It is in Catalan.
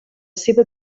seva